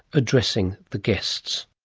addressing the guests.